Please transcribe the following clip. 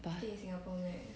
but